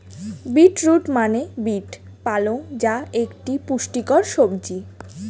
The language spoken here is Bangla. বীট রুট মানে বীট পালং যা একটি পুষ্টিকর সবজি